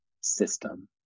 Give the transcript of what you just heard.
system